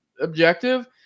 objective